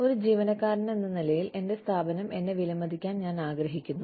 ഒരു ജീവനക്കാരനെന്ന നിലയിൽ എന്റെ സ്ഥാപനം എന്നെ വിലമതിക്കാൻ ഞാൻ ആഗ്രഹിക്കുന്നു